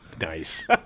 Nice